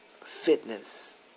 fitness